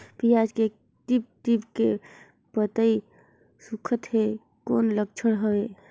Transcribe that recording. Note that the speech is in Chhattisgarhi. पियाज के टीप टीप के पतई सुखात हे कौन लक्षण हवे?